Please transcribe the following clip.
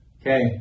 Okay